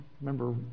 remember